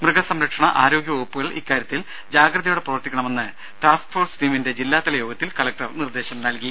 മൃഗസംരക്ഷണ ആരോഗ്യ വകുപ്പുകൾ ഇക്കാര്യത്തിൽ ജാഗ്രതയോടെ പ്രവർത്തിക്കണമെന്ന് ടാസ്ക് ഫോഴ്സ് ടീമിന്റെ ജില്ലാതല യോഗത്തിൽ കലക്ടർ നിർദേശം നൽകി